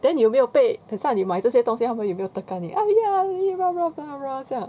then 你有没有被很想你买这些东西他们有没有 tekan 你这样